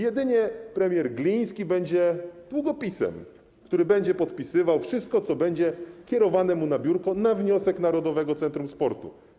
Jedynie premier Gliński będzie długopisem, który będzie podpisywał wszystko, co będzie kierowane mu na biurko na wniosek Narodowego Centrum Sportu.